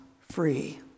free